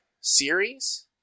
series